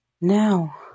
Now